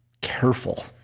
careful